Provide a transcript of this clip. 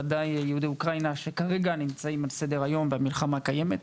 ודאי יהודי אוקראינה שכרגע נמצאים על סדר היום במלחמה הקיימת.